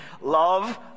Love